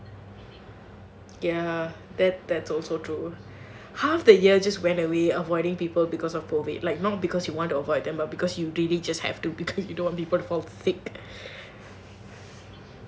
ya that that's also true half the year just went away avoiding people because of COVID like not because you want to avoid them but because you really just have to because you don't want them to fall sick